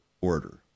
order